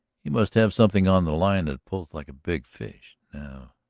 you must have something on the line that pulls like a big fish. now,